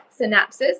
synapses